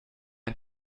ein